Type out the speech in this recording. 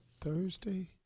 Thursday